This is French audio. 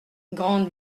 grande